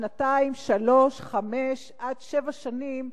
שנתיים, שלוש, חמש, עד שבע שנים,